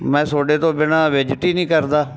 ਮੈਂ ਤੁਹਾਡੇ ਤੋਂ ਬਿਨਾਂ ਵਿਜਿਟ ਹੀ ਨਹੀਂ ਕਰਦਾ